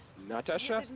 natasha